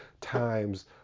times